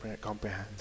comprehend